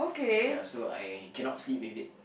ya so I cannot sleep with it